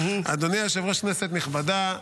אדוני היושב-ראש, כנסת נכבדה,